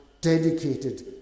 dedicated